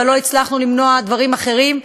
אבל לא הצלחנו למנוע דברים אחרים.